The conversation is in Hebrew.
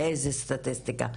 לאיזה סטטיסטיקה.